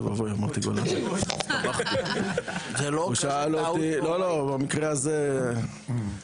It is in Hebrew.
הוא שאל אותי מה לעשות?